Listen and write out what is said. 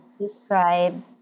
describe